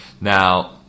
now